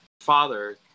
father